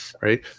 Right